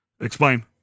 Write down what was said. Explain